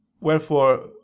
Wherefore